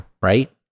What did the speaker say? Right